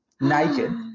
naked